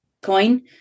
coin